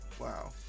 Wow